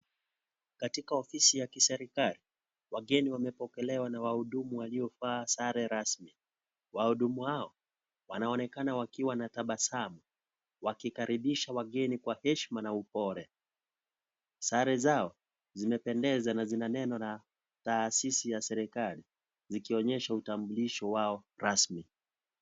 Katika ofisi ya kiserikali, wageni wamepokelewa na wahudumu waliovaaa sare rasmi, wahudumu hao wanaonekana wakiwa na tabasamu wakikaribisha wageni kwa heshima na upole, sare zao zimependeza na zina neno la afisi ya serikali zikionyesha utambulisho wao rasmi.